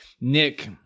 Nick